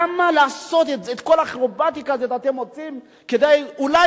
למה לעשות את כל האקרובטיקה שאתם עושים כדי אולי